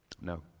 No